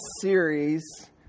series